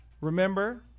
remember